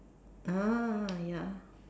ah ya